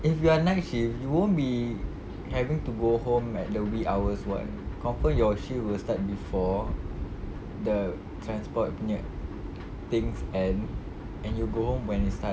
if you're night shift you won't be having to go home like the wee hours [what] confirm your shift will start before the transport punya things end and you go home when it starts